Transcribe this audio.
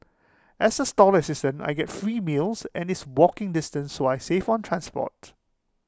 as A stall assistant I get free meals and it's walking distance so I save on transport